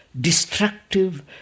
destructive